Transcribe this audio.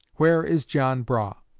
where is john brough?